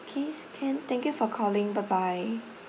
K can thank you for calling bye bye